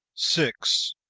six.